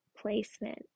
placement